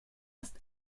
ist